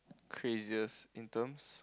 craziest in terms